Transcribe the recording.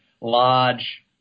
large